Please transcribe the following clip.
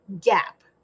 gap